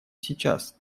сейчас